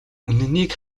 үнэнийг